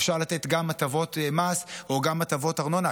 אפשר לתת גם הטבות מס או גם הטבות ארנונה,